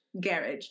garage